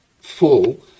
full